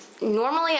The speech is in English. normally